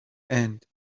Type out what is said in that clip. and